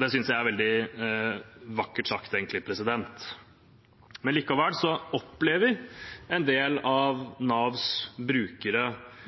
Det synes jeg er veldig vakkert sagt. Likevel opplever en del av Navs brukere